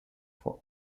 for